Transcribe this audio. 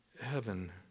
heaven